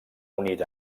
unit